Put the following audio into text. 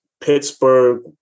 Pittsburgh